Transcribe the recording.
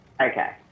Okay